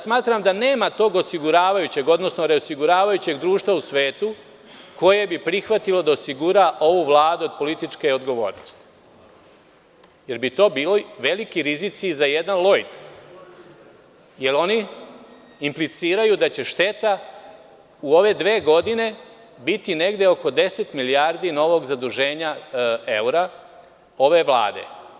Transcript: Smatram da nema tog osiguravajućeg, odnosno reosiguravajućeg društva u svetu koje bi prihvatilo da osigura ovu Vladu od političke odgovornosti jer bi to bili veliki rizici za jedan Lojd, jer oni impliciraju da će šteta u ove dve godine biti negde oko 10 milijardi eura novog zaduženja ove Vlade.